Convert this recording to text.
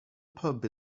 pub